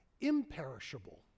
imperishable